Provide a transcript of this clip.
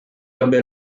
ebbe